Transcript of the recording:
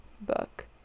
book